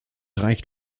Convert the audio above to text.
reicht